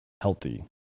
healthy